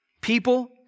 people